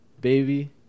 baby